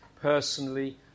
personally